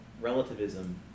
relativism